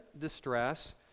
distress